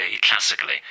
classically